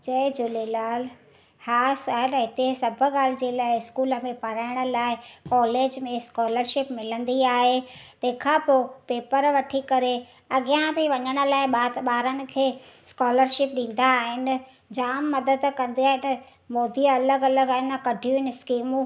जय झूलेलाल हा साहिल हिते सभु ॻाल्हि जे लाइ इस्कूल में पढ़ाइण लाइ कॉलेज में स्कोलरशिप मिलंदी आहे तंहिं खां पोइ पेपर वठी करे अॻियां बि वञण लाइ ॿार ॿारनि खे स्कोलरशिप ॾींदा आहिनि जाम मदद कंदा आहिनि मोदी अलॻि अलॻि आइन न कढियूं आहिनि स्किमूं